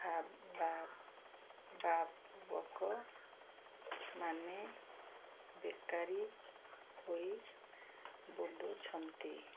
ଭାବ ବାବକମାନେ ବେକାରୀ ହୋଇ ବୁଲୁଛନ୍ତି